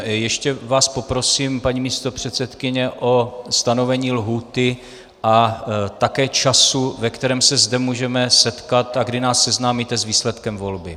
Ještě vás poprosím, paní místopředsedkyně, o stanovení lhůty a také času, ve kterém se zde můžeme setkat a kdy nás seznámíte s výsledkem volby.